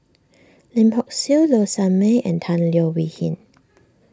Lim Hock Siew Low Sanmay and Tan Leo Wee Hin